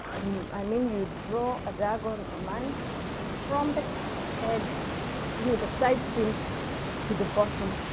i mean you draw a diagonal um line from but edge you know the side seams to the bottom.